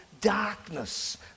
darkness